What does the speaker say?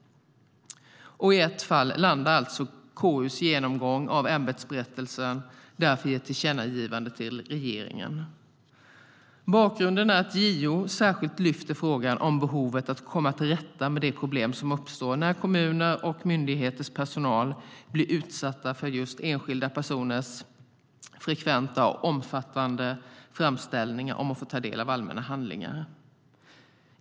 I ett fall landar därför KU:s genomgång av ämbetsberättelsen i ett tillkännagivande till regeringen. Bakgrunden är att JO särskilt lyfter frågan om behovet av att komma till rätta med de problem som uppstår när kommuners och myndigheters personal blir utsatta för just enskilda personers frekventa och omfattande framställningar om att få ta del av allmänna handlingar.